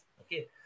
okay